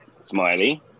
Smiley